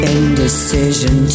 Indecision